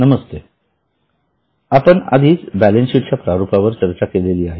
नमस्ते आपण आधीच बॅलन्स शीटच्या च्या प्रारूपावर चर्चा केली आहे